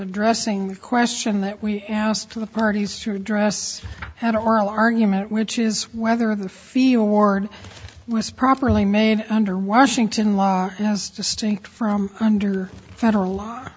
addressing the question that we asked the parties to address had an oral argument which is whether the feel worn was properly made under washington law as distinct from under federal law